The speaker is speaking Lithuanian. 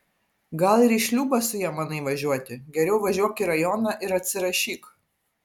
gal ir į šliūbą su ja manai važiuoti geriau važiuok į rajoną ir atsirašyk